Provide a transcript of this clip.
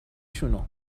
شونو